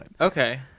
Okay